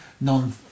non